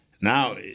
now –